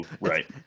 Right